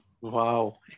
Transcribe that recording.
wow